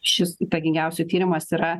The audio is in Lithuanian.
šis įtakingiausių tyrimas yra